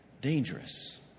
dangerous